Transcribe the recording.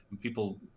people